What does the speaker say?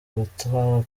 gutwara